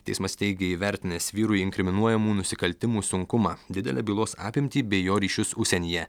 teismas teigė įvertinęs vyrui inkriminuojamų nusikaltimų sunkumą didelę bylos apimtį bei jo ryšius užsienyje